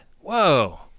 Whoa